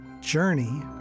journey